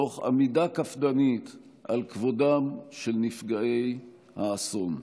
תוך עמידה קפדנית על כבודם של נפגעי האסון,